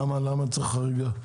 למה צריך חריגה?